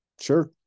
Sure